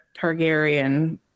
targaryen